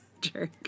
jerk